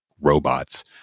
robots